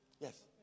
Yes